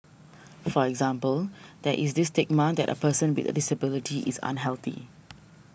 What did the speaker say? for example there's this stigma that a person be a disability is unhealthy